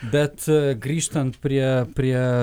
bet grįžtant prie prie